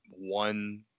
one